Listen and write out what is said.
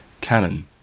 canon